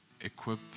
Equip